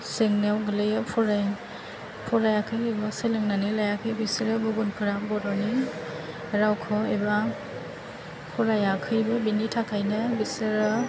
जेंनायाव गोलैयो फराय फरायाखै एबा सोलोंनानै लायाखै बिसोरो गुबुनफ्रा बर'नि रावखौ एबा फरायाखैबो बिनि थाखायनो बिसोरो